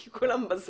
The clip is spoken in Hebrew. כי כולם בזום.